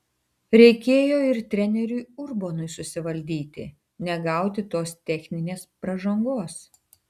reikėjo ir treneriui urbonui susivaldyti negauti tos techninės pražangos